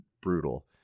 brutal